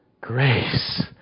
grace